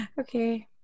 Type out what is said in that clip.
Okay